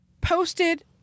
posted